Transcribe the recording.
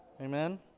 Amen